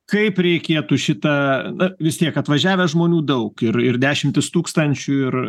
kaip reikėtų šitą na vis tiek atvažiavę žmonių daug ir ir dešimtis tūkstančių ir